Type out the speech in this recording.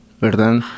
¿verdad